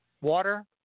Water